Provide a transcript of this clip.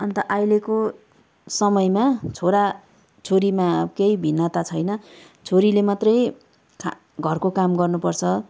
अन्त अहिलेको समयमा छोरा छोरीमा केही भिन्नता छैन छोरीले मात्रै खा घरको काम गर्नुपर्छ